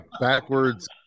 Backwards